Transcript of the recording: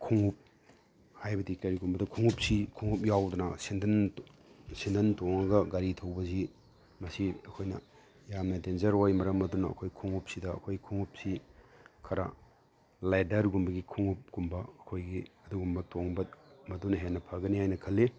ꯈꯣꯡꯎꯞ ꯍꯥꯏꯕꯗꯤ ꯀꯔꯤꯒꯨꯝꯕꯗ ꯈꯣꯡꯎꯞꯁꯤ ꯈꯣꯡꯎꯞ ꯌꯥꯎꯗꯅ ꯁꯦꯟꯗꯟ ꯁꯦꯟꯗꯟ ꯇꯣꯡꯉꯒ ꯒꯥꯔꯤ ꯊꯧꯕꯁꯤ ꯃꯁꯤ ꯑꯩꯈꯣꯏꯅ ꯌꯥꯝꯅ ꯗꯦꯟꯖꯔ ꯑꯣꯏ ꯃꯔꯝ ꯑꯗꯨꯅ ꯑꯩꯈꯣꯏ ꯈꯣꯡꯎꯞꯁꯤꯗ ꯑꯩꯈꯣꯏ ꯈꯣꯡꯎꯞꯁꯤ ꯈꯔ ꯂꯦꯗꯔꯒꯨꯝꯕꯒꯤ ꯈꯣꯡꯎꯞꯀꯨꯝꯕ ꯑꯩꯈꯣꯏꯒꯤ ꯑꯗꯨꯒꯨꯝꯕ ꯇꯣꯡꯕ ꯃꯗꯨꯅ ꯍꯦꯟꯅ ꯐꯒꯅꯤ ꯍꯥꯏꯅ ꯈꯜꯂꯤ